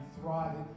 thrive